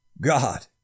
God